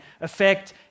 affect